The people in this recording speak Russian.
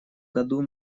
году